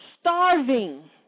starving